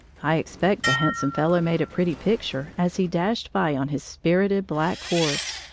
i expect the handsome fellow made a pretty picture as he dashed by on his spirited black horse,